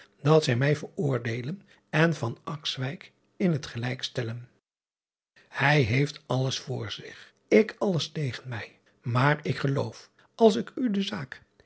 dat zij mij veroordeelen en in het gelijk stellen ij heeft alles voor zich ik alles tegen mij aar ik geloof als ik u de zaak